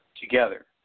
together